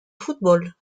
football